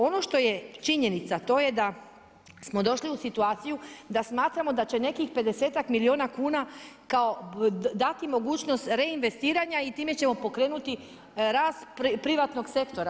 Ono što je činjenica, to je da smo došli u situaciju da smatramo da će nekih pedesetak milijuna kuna kao dati mogućnost reinvestiranja i time ćemo pokrenuti rast privatnog sektora.